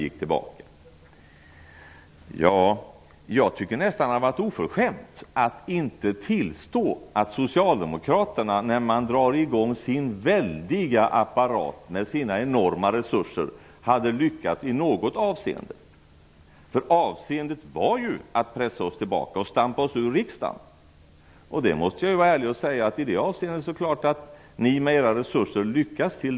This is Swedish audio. Och jag tycker att det hade varit oförskämt att inte tillstå att socialdemokraterna, när de med sina enorma resurser drar i gång sin väldiga apparat, hade lyckats i något avseende. Avseendet var ju att pressa kds tillbaka, att stampa oss ur riksdagen. I det avseendet lyckades ni till en del med hjälp av era resurser; det måste jag vara ärlig och säga.